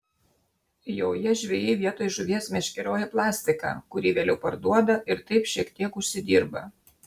joje žvejai vietoj žuvies meškerioja plastiką kurį vėliau parduoda ir taip šiek tiek užsidirba